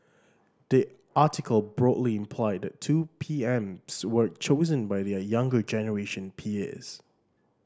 the article broadly implied the two P Ms were chosen by their younger generation peers